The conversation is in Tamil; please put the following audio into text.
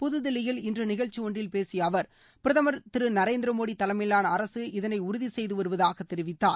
புதுதில்லியில் இன்று நிகழ்ச்சி ஒன்றில் பேசிய அவர் பிரதமர் நரேந்திரமோடி தலைமையிலான அரசு இதனை உறுதி செய்து வருவதாகத் தெரிவித்தார்